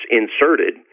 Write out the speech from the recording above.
inserted